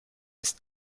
ist